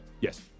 Yes